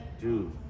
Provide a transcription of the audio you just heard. Dude